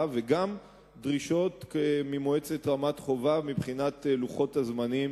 וגם דרישות ממועצת רמת-חובב מבחינת לוחות הזמנים